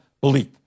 belief